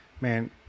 man